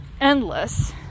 endless